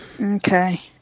Okay